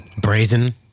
brazen